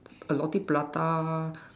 a roti prata